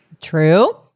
True